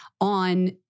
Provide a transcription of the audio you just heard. on